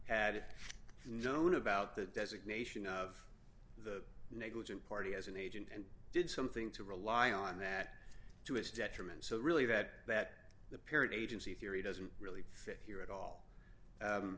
had known about the designation of the negligent party as an agent and did something to rely on that to his detriment so really that that the period agency theory doesn't really fit here at all